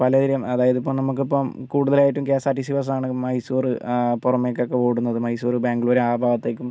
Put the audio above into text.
പലതിലും അതായത് ഇപ്പം നമുക്കിപ്പം കൂടുതലായിട്ടും K S R T C ബസ്സാണ് മൈസൂരും പുറമേക്കൊക്കെ ഓടുന്നത് മൈസൂര് ബാംഗ്ലൂര് ആ ഭാഗത്തേക്കും